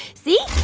see?